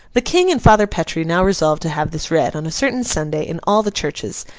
the king and father petre now resolved to have this read, on a certain sunday, in all the churches,